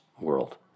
world